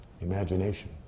imagination